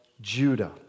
Judah